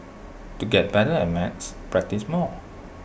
to get better at maths practise more